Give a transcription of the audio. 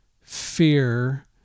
fear